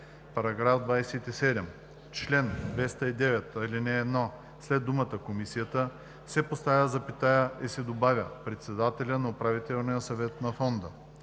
фонда“. § 27. В чл. 209, ал. 1 след думата „комисията“ се поставя запетая и се добавя „председателя на управителния съвет на фонда“.